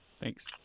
Thanks